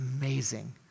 amazing